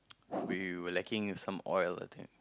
we were lacking some oil I think